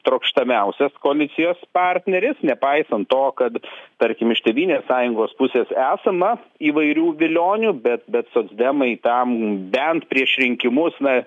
trokštamiausia koalicijos partneris nepaisant to kad tarkim iš tėvynės sąjungos pusės esama įvairių vilionių bet bet socdemai tam bent prieš rinkimus na